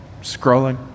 scrolling